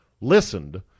listened